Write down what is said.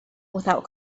without